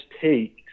take